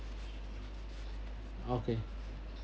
okay